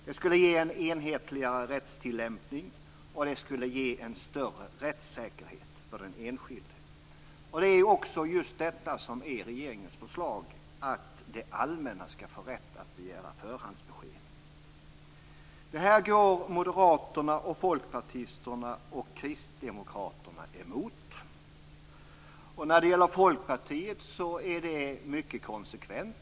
Det skulle ge en enhetligare rättstillämpning, och det skulle ge en större rättssäkerhet för den enskilde. Och det är just detta som är regeringens förslag, att det allmänna skall få rätt att begära förhandsbesked. Det här går moderaterna, folkpartisterna och kristdemokraterna emot. När det gäller folkpartisterna är det mycket konsekvent.